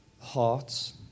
hearts